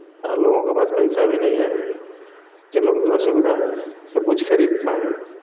और लोगों के पास पैसा भी नहीं है कि लोग उतना सुविधा सब कुछ खरीद पाएँ